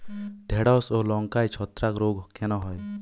ঢ্যেড়স ও লঙ্কায় ছত্রাক রোগ কেন হয়?